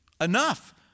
enough